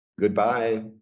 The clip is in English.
Goodbye